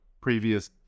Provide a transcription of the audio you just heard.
previous